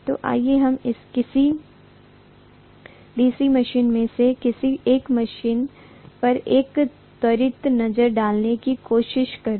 तो आइए हम किसी डीसी मशीन में से किसी एक मशीन पर एक त्वरित नज़र डालने की कोशिश करें